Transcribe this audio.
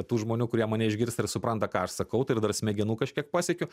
tų žmonių kurie mane išgirsta ir supranta ką aš sakau tai ir dar smegenų kažkiek pasiekiu